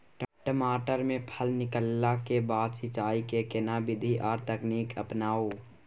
टमाटर में फल निकलला के बाद सिंचाई के केना विधी आर तकनीक अपनाऊ?